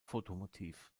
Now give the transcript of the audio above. fotomotiv